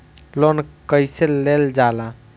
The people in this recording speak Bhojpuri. लोन कईसे लेल जाला?